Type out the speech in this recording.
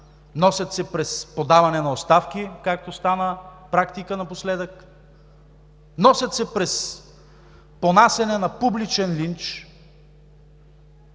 носят я през подаване на оставки, както стана практика напоследък, носят я през понасяне на публичен линч,